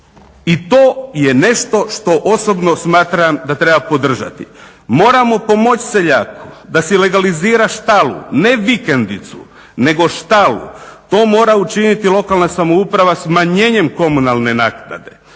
I to je nešto što osobno smatram da treba podržati. Moramo pomoći seljaku da si legalizira štalu, ne vikendicu, nego štalu. To mora učiniti lokalna samouprava smanjenjem komunalne naknade